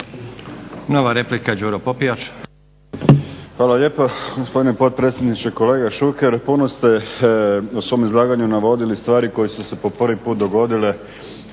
Nova replika Đuro Popijač.